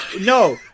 no